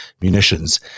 munitions